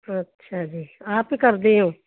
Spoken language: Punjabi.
ਅੱਛਾ ਜੀ ਆਪ ਹੀ ਕਰਦੇ ਹੋ